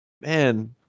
Man